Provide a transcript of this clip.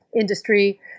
industry